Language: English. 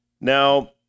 Now